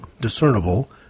discernible